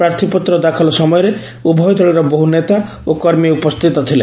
ପ୍ରାର୍ଥ୍ପତ୍ର ଦାଖଲ ସମୟରେ ଉଭୟ ଦଳର ବହୁ ନେତା ଓ କର୍ମୀ ଉପସ୍ତିତ ଥିଲେ